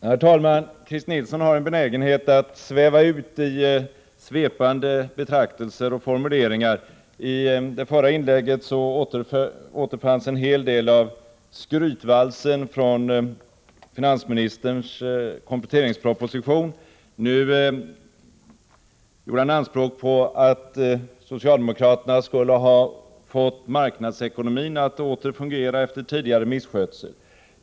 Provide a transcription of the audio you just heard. Herr talman! Christer Nilsson har en benägenhet att sväva ut i svepande betraktelser och formuleringar. I det förra inlägget återfanns en hel del av skrytvalsen från finansministerns kompletteringsproposition. Nu gjorde han anspråk på att socialdemokraterna skulle ha fått marknadsekonomin att åter fungera efter tidigare misskötsel.